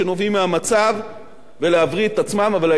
ולהבריא את עצמם, אבל ההתמודדות עדיין לפניהם.